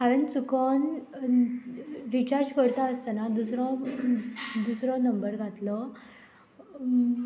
हांवें चुकून रिचार्ज करता आसतना दुसरो दुसरो नंबर घातलो